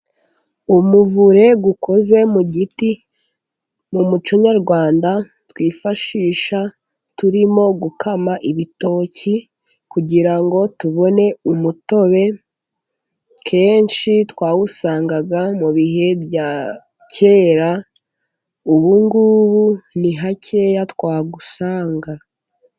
Umuvure ukoze mu giti ,mu muco Nyarwanda twifashisha turimo gukama ibitoki kugirango tubone umutobe, kenshi twawusangaga mu bihe bya kera ubungubu ni hakeya twawusanga.